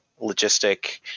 logistic